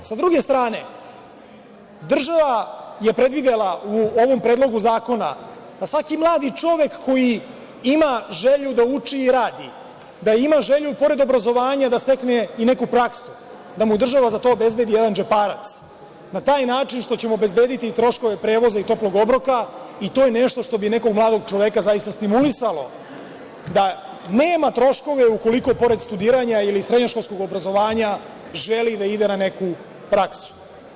S druge strane, država je predvidela u ovom Predlogu zakona, da svaki mladi čovek koji ima želju da uči i radi, da ima želju pored obrazovanja da stekne i neku praksu, da mu država za to obezbedi jedan džeparac, na taj način što će mu obezbediti troškove prevoza i toplog obroka, i to je nešto što bi nekog mladog čoveka zaista stimulisalo da nema troškove ukoliko pored studiranja ili srednjoškolskog obrazovanja želi da ide na neku praksu.